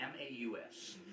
M-A-U-S